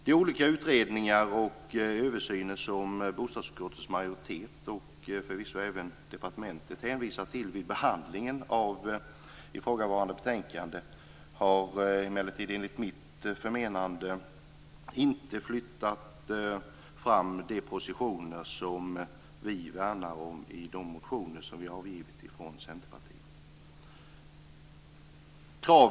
De olika utredningar och översyner som bostadsutskottets majoritet, och förvisso också departementet, hänvisar till vid behandlingen av detta betänkande, har emellertid enligt mitt förmenande inte flyttat fram de positioner som vi värnar om i de motioner som vi har avgivit från Centerpartiets sida.